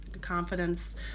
confidence